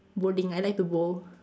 bowling I like to bowl